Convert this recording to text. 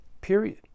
Period